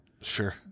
Sure